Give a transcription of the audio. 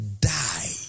die